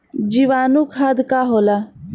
जीवाणु खाद का होला?